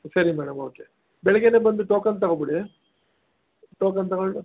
ಸರಿ madam okay ಬೆಳಗ್ಗೆಯೇ ಬಂದು ಟೋಕನ್ ತಗೊಂಬಿಡಿ ಟೋಕನ್ ತಗೊಂಡು